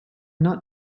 not